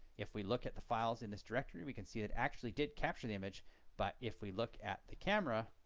if we look at the files in this directory we can see it actually did capture the image but if we look at the camera